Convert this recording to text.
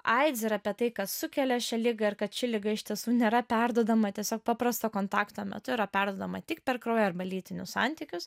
aids ir apie tai kas sukelia šią ligą ir kad ši liga iš tiesų nėra perduodama tiesiog paprasto kontakto metu yra perduodama tik per kraują arba lytinius santykius